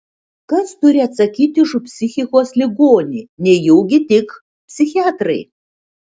kas turi atsakyti už psichikos ligonį nejaugi tik psichiatrai